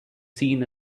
seen